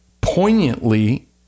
poignantly